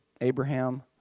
Abraham